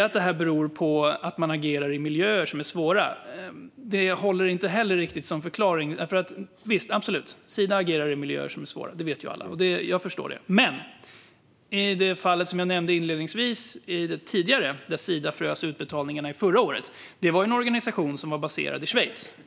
Att det hela beror på att man agerar i miljöer som är svåra håller inte heller som förklaring. Visst agerar Sida i miljöer som är svåra. Det vet vi alla, och jag förstår det. Men det tidigare fallet som jag nämnde, där Sida frös utbetalningarna förra året, gällde en organisation som var baserad i Schweiz.